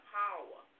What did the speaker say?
power